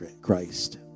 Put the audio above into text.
Christ